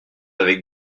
avec